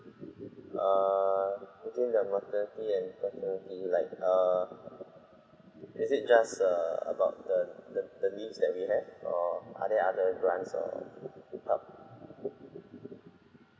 err between the maternity and paternity like err is it just err about the the the leaves that we have or are there other grants or help